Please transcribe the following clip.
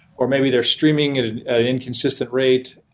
or maybe they're streaming and an an inconsistent rate.